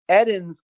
edens